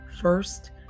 First